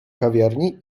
kawiarni